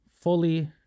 fully